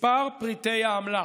מספר פריטי האמל"ח,